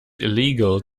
illegal